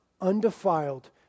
undefiled